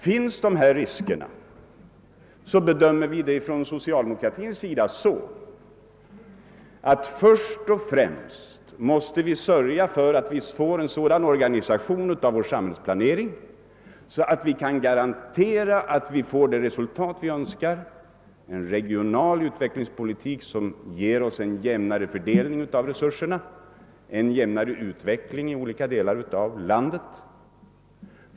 Finns dessa risker, bedömer vi det från socialdemokratins sida så, att vi först och främst måste sörja för en sådan organisation av vår samhällsplanering, att vi kan garantera att vi uppnår de resultat vi önskar, en regional utvecklingspolitik som ger oss en jämnare fördelning av resurserna och en jämnare utveckling i olika delar av landet.